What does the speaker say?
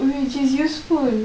which is useful